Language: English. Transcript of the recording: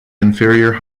inferior